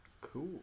Cool